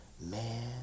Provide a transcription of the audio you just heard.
Man